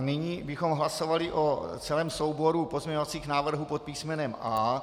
Nyní bychom hlasovali o celém souboru pozměňovacích návrhů pod písmenem A.